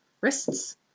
Wrists